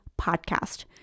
podcast